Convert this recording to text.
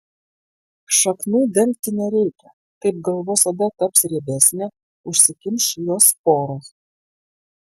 šaknų dengti nereikia taip galvos oda taps riebesnė užsikimš jos poros